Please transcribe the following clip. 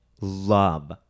love